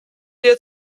dir